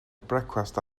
brecwast